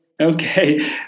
Okay